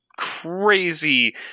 crazy